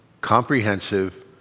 comprehensive